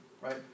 right